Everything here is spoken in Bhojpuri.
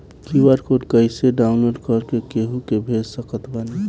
क्यू.आर कोड कइसे डाउनलोड कर के केहु के भेज सकत बानी?